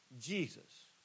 Jesus